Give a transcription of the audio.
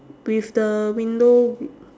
with the window